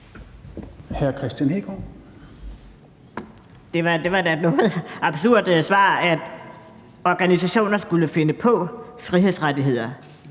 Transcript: et noget absurd svar, altså at organisationer skulle finde på frihedsrettigheder;